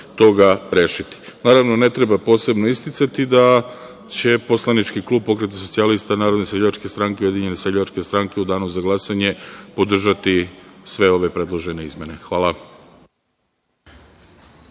rešiti. Naravno, ne treba posebno isticati da će poslanički klub Pokret socijalista narodne seljačke stranke, Ujedinjene seljačke stranke u danu za glasanje podržati sve ove predložene izmene. Hvala.